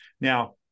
Now